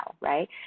right